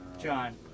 John